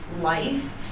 life